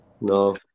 No